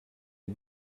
est